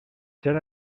ser